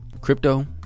Crypto